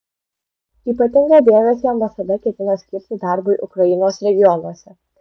ypatingą dėmesį ambasada ketina skirti darbui ukrainos regionuose